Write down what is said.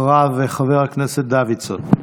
אחריו, חבר הכנסת דוידסון.